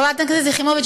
חברת הכנסת יחימוביץ,